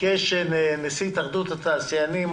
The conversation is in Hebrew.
ביקש נשיא התאחדות התעשיינים,